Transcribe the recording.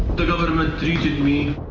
the government treated me